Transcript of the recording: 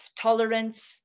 tolerance